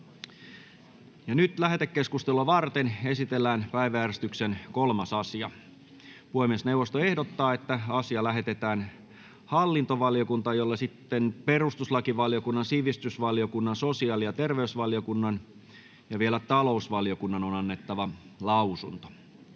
=== Lähetekeskustelua varten esitellään päiväjärjestyksen 3. asia. Puhemiesneuvosto ehdottaa, että asia lähetetään hallintovaliokuntaan, jolle perustuslakivaliokunnan, sivistysvaliokunnan, sosiaali- ja terveysvaliokunnan ja talousvaliokunnan on annettava lausunto.